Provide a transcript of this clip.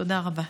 תודה רבה.